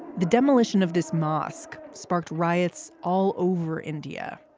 the demolition of this mosque sparked riots all over india,